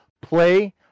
play